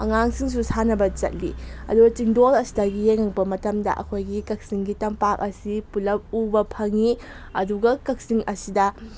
ꯑꯉꯥꯡꯁꯤꯡꯁꯨ ꯁꯥꯟꯅꯕ ꯆꯠꯂꯤ ꯑꯗꯨꯒ ꯆꯤꯡꯗꯣꯜ ꯑꯁꯤꯗ ꯌꯦꯡꯉꯛꯄ ꯃꯇꯝꯗ ꯑꯩꯈꯣꯏꯒꯤ ꯀꯛꯆꯤꯡꯒꯤ ꯇꯝꯄꯥꯛ ꯑꯁꯤ ꯄꯨꯂꯞ ꯎꯕ ꯐꯪꯉꯤ ꯑꯗꯨꯒ ꯀꯛꯆꯤꯡ ꯑꯁꯤꯗ